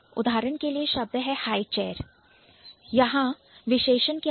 उदाहरण के लिए शब्द लेते हैं High Chair हाई चेयर यहां विशेषण क्या है